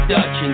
Dutch